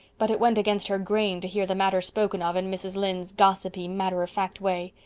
but it went against her grain to hear the matter spoken of in mrs. lynde's gossipy matter-of-fact way.